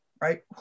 right